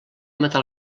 matar